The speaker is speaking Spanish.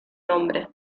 nombre